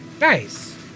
Nice